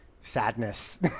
sadness